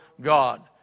God